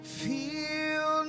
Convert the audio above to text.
feel